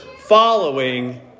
following